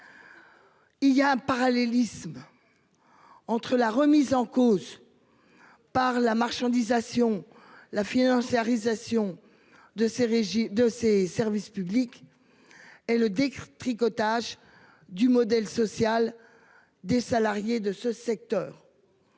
Il y a un parallélisme. Entre la remise en cause. Par la marchandisation la financiarisation de ces régies de ses services publics. Et le décrire tricotage du modèle social des salariés de ce secteur.